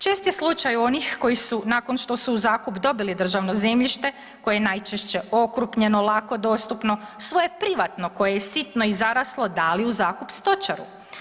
Čest je slučaj onih koji su nakon što su u zakup dobili državno zemljište koje je najčešće okrupnjeno, lako dostupno svoje privatno koje je sitno i zaraslo dali u zakup stočaru.